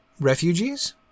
refugees